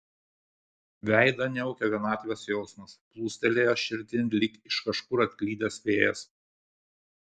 veidą niaukė vienatvės jausmas plūstelėjęs širdin lyg iš kažkur atklydęs vėjas